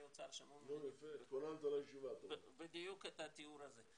האוצר שמעו ממני בדיוק את התיאור הזה.